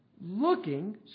looking